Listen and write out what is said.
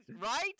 Right